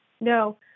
No